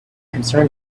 concerned